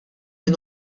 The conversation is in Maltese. min